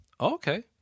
Okay